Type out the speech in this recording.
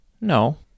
No